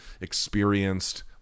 experienced